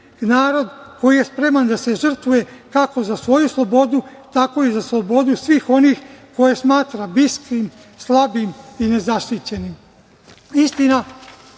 narod koji je spreman da se žrtvuje kako za svoju slobodu, tako i za slobodu svih onih koje smatra bliskim, slabim i nezaštićenim. Istina,